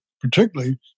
particularly